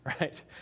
right